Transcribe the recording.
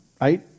right